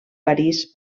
parís